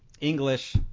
English